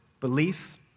belief